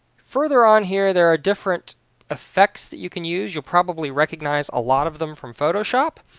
further on here there are different effects that you can use you'll probably recognize a lot of them from photoshop.